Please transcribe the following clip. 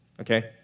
okay